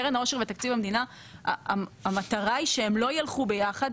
קרן העושר ותקציב המדינה המטרה היא שהם לא ילכו ביחד,